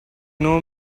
know